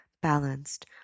balanced